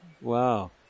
Wow